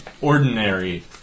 ordinary